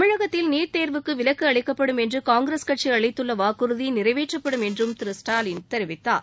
தமிழகத்தில் நீட் தேர்வுக்குவிலக்குஅளிக்கப்படும் என்றுகாங்கிரஸ் கட்சிஅளித்துள்ளவாக்குறுதி நிறைவேற்றப்படும் என்றும் திரு ஸ்டாலின் தெரிவித்தார்